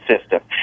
system